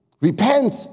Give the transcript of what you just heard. Repent